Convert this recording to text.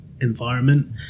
environment